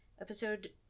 episode